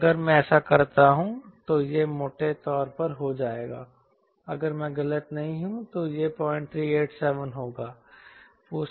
और अगर मैं ऐसा करता हूं तो यह मोटे तौर पर हो जाएगा अगर मैं गलत नहीं हूं तो यह 0387 होगा